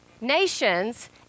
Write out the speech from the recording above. nations